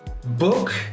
book